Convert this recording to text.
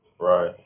right